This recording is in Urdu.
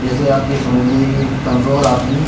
جیسے آپ یہ سمجھ لیجئے کہ کمزور آدمی